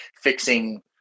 fixing